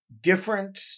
different